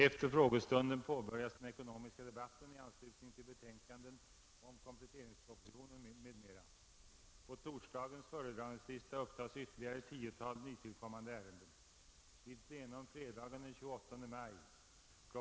Efter frågestunden påbörjas den ekonomiska debatten i anslutning till betänkanden om kompletteringspropositionen m.m. På torsdagens föredragningslista upptas ytterligare ett 10-tal nytillkommande ärenden. Vid plenum fredagen den 28 maj kl.